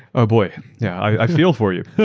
oh boy. yeah, i feel for you.